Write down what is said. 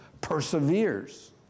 perseveres